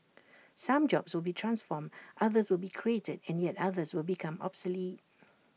some jobs will be transformed others will be created and yet others will become obsolete